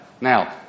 Now